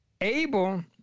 Abel